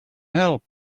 help